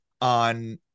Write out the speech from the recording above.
on